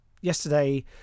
Yesterday